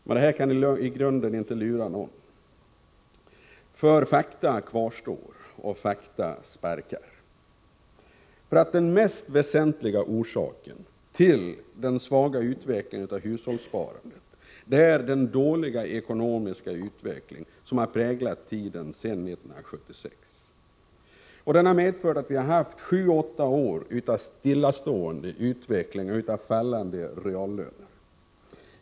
Men de kan i grunden inte lura någon. Ty fakta kvarstår, och fakta sparkar. Den mest väsentliga orsaken till att hushållssparandet minskar är den dåliga ekonomiska utveckling som har präglat tiden sedan 1976. Den har medfört att vi har haft sju åtta år av stillastående eller fallande reallöner.